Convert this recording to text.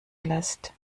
lässt